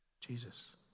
Jesus